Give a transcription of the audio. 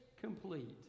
complete